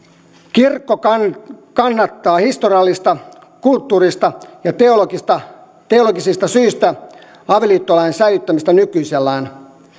kirkko kannattaa historiallisista kulttuurisista ja teologisista teologisista syistä avioliittolain säilyttämistä nykyisellään